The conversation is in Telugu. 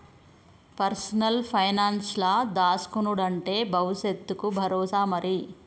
పర్సనల్ పైనాన్సుల దాస్కునుడంటే బవుసెత్తకు బరోసా మరి